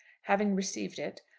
having received it,